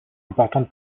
importante